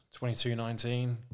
22-19